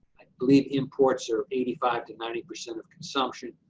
i believe imports are eighty five to ninety percent of consumption.